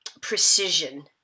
precision